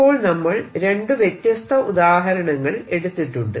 അപ്പോൾ നമ്മൾ രണ്ടു വ്യത്യസ്ത ഉദാഹരണങ്ങൾ എടുത്തിട്ടുണ്ട്